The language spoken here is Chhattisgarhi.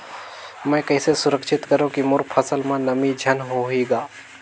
मैं कइसे सुरक्षित करो की मोर फसल म नमी झन होही ग?